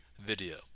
video